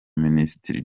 minisitiri